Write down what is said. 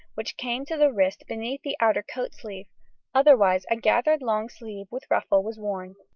which came to the wrist beneath the outer coat-sleeve otherwise a gathered lawn sleeve with ruffle was worn.